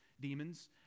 demons